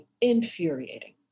infuriating